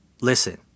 Listen